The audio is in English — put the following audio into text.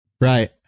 Right